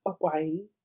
away